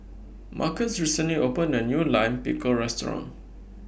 Marcus recently opened A New Lime Pickle Restaurant